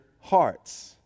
hearts